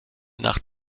nach